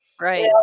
right